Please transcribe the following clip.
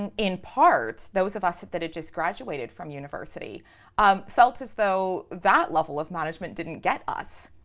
and in parts those of us that had just graduated from university um felt as though that level of management didn't get us.